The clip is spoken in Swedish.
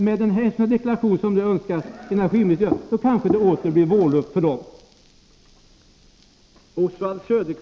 Med den deklaration som jag önskar att energiministern gör kanske det åter blir vårluft för dem.